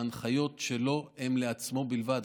ההנחיות שלו הן לעצמו בלבד.